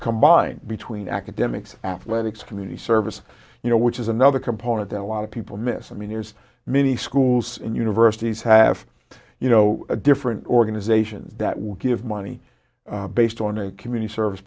combine between academics athletics for the service you know which is another component that a lot of people miss and mean there's many schools and universities have you know a different organization that will give money based on the community service